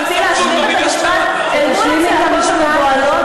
אני חושבת שאני מנהלת את המליאה ולא את,